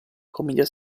commedia